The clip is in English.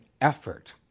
effort